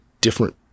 different